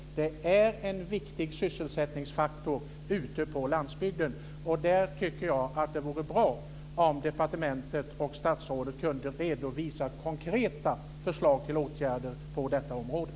Dessutom är detta en viktig sysselsättningsfaktor ute på landsbygden. Jag tycker att det vore bra om departementet och statsrådet kunde redovisa konkreta förslag till åtgärder på området.